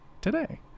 today